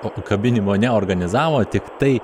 pakabinimo neorganizavo o tiktai